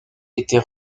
était